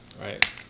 right